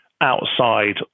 outside